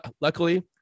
luckily